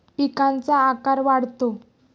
पिकांचा आकार वाढतो